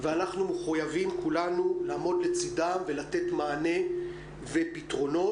וכולנו מחויבים לעמוד לצידם ולתת מענה ופתרונות.